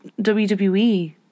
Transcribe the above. WWE